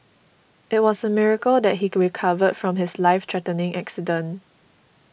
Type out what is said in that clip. it was a miracle that he recovered from his life threatening accident